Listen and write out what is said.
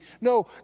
No